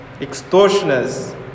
extortioners